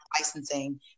licensing